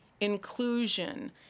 inclusion